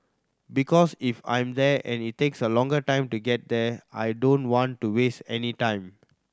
because if I'm there and it takes a long time to get there I don't want to waste any time